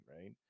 right